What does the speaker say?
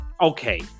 okay